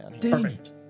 Perfect